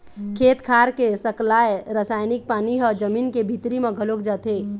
खेत खार के सकलाय रसायनिक पानी ह जमीन के भीतरी म घलोक जाथे